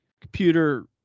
computer